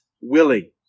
willing